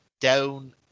down